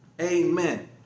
Amen